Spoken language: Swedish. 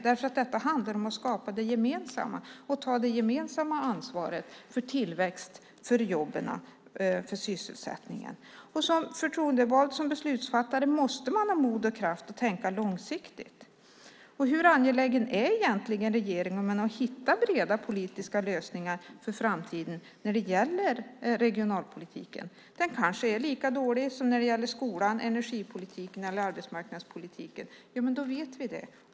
Det handlar om att skapa det gemensamma och att ta det gemensamma ansvaret för tillväxt, för jobb, för sysselsättning. Som förtroendevald och beslutsfattare måste man ha mod och kraft att tänka långsiktigt. Hur angelägen är egentligen regeringen att hitta breda politiska lösningar för framtiden när det gäller regionalpolitiken? Det kanske är lika dåligt som när det gäller skolan, energipolitiken eller arbetsmarknadspolitiken. Då vet vi det.